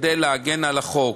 להגן על החוק.